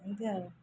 ଏମିତି ଆଉ